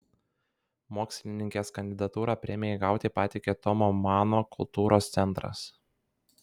mokslininkės kandidatūrą premijai gauti pateikė tomo mano kultūros centras